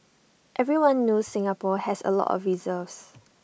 everyone knows Singapore has A lots of reserves